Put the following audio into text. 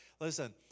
listen